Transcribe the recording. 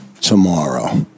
tomorrow